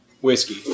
whiskey